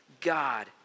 God